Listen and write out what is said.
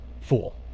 Fool